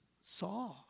saw